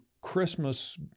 Christmas